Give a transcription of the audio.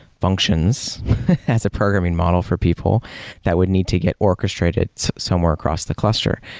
functions as a programming model for people that would need to get orchestrated somewhere across the cluster.